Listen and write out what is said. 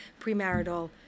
premarital